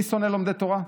אני שונא לומדי תורה?